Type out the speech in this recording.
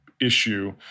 issue